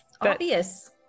Obvious